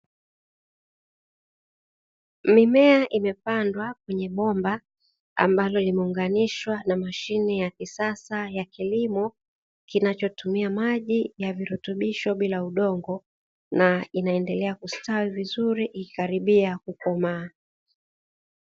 Mimea imepandwa kwenye bomba ambalo limeunganishwa na mashine ya kisasa ya kilimo kinachotumia maji ya virutubisho bila udongo, na inaendelea kustawi vizuri ikikaribia kukomaa.